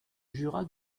jura